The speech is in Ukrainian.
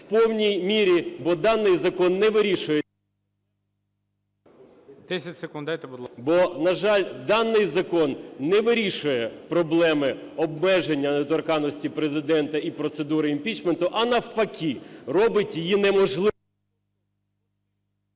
Бо, на жаль, даний закон не вирішує проблеми обмеження недоторканності Президента і процедури імпічменту, а навпаки, робить її неможливою…